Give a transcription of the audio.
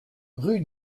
rue